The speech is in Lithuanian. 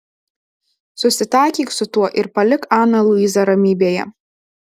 susitaikyk su tuo ir palik aną luizą ramybėje